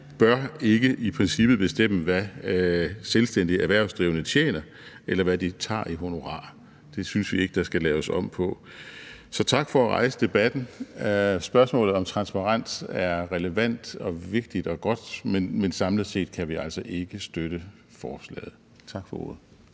bør ikke i princippet bestemme, hvad selvstændigt erhvervsdrivende tjener, eller hvad de tager i honorar. Det synes vi ikke der skal laves om på. Så tak for at rejse debatten. Spørgsmålet om transparens er relevant og vigtigt og godt, men samlet set kan vi altså ikke støtte forslaget. Tak for ordet.